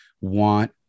want